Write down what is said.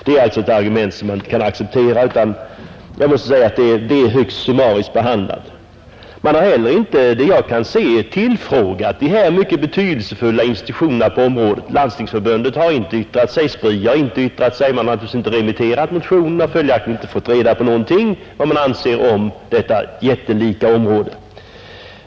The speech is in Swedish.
Jag måste därför säga att den delen av motionen är behandlad högst summariskt. Efter vad jag kunnat finna har utskottet inte heller tillfrågat de mycket betydelsefulla institutioner som finns på området. Landstingsförbundet har inte fått yttra sig och inte heller SPRI. Motionen har inte remitterats, och följaktligen har utskottet inte heller den vägen fått reda på någonting om hur det förhåller sig på detta jättelika område.